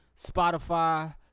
Spotify